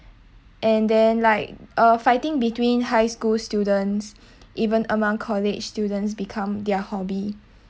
and then like uh fighting between high school students even among college students become their hobby